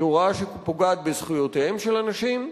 היא הוראה שפוגעת בזכויותיהם של אנשים,